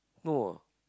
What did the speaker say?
no ah